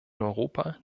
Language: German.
europa